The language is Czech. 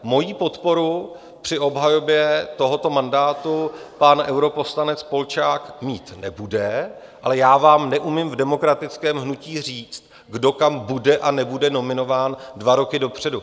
Moji podporu při obhajobě tohoto mandátu pan europoslanec Polčák mít nebude, ale já vám neumím v demokratickém hnutí říct, kdo kam bude a nebude nominován, dva roky dopředu.